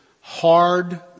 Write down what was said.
hard